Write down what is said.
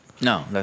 No